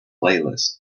playlist